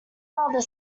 rather